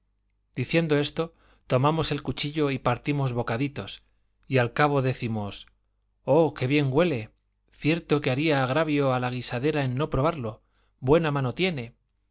diciendo esto tomamos el cuchillo y partimos bocaditos y al cabo decimos oh qué bien huele cierto que haría agravio a la guisandera en no probarlo qué buena mano tiene